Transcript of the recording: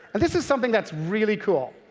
and this is something that's really cool,